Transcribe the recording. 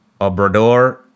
Obrador